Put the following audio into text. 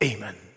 Amen